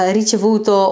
ricevuto